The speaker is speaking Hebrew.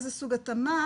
איזה סוג התאמה,